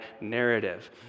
narrative